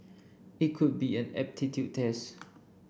it could be an aptitude test